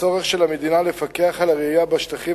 הצורך של המדינה לפקח על הרעייה בשטחים